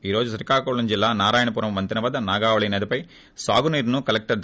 ఈ రోజు శ్రీకాకుళం జిల్లా నారాయణపురం వంతెన వద్ద నాగావళి నదిపై సాగున్రును కలెక్షర్ కె